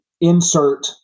insert